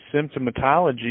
symptomatology